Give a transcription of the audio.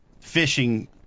fishing